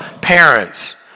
Parents